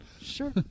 Sure